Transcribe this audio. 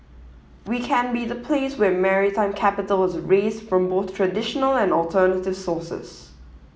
we can be the place where maritime capital is raised from both traditional and alternative sources